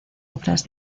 obras